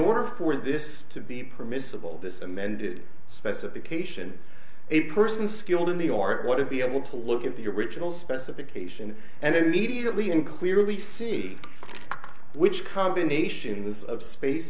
order for this to be permissible this amended specification a person skilled in the art want to be able to look at the original specification and immediately and clearly see which combinations of space